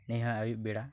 ᱮᱱᱮᱦᱟᱜ ᱟᱹᱭᱩᱵ ᱵᱮᱲᱟ